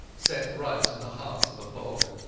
set right in the heart of a bog.